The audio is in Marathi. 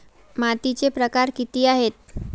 मातीचे प्रकार किती आहेत?